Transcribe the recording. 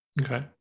Okay